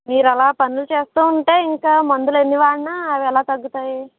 మీరు అలా పనులు చేస్తూ ఉంటే ఇంకా మందులు ఎన్ని వాడినా అవి ఎలా తగ్గుతాయి